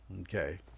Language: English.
Okay